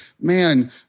man